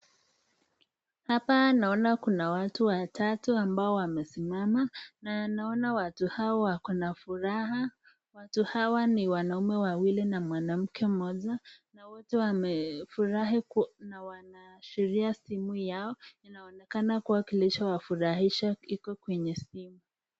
Hapa ninaona kuna watu watatu, watu ambao wamesimama na naona watu hawa wana furaha , watu hawa ni wanaume wawili na mwanamke moja na wote wamefurahia na wamahashiria simu yao inaonekana kuwa kilichowafurahisha iko kwenye simu.